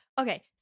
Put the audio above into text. Okay